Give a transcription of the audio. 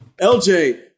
LJ